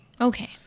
Okay